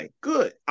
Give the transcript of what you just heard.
Good